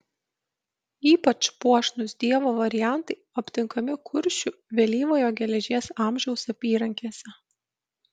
ypač puošnūs dievo variantai aptinkami kuršių vėlyvojo geležies amžiaus apyrankėse